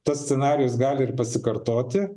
tas scenarijus gali ir pasikartoti